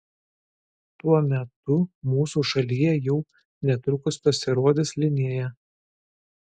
tuo metu mūsų šalyje jau netrukus pasirodys linea